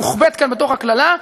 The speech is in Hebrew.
מוחבאת כאן בתוך הקללה.